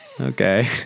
okay